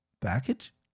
package